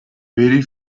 very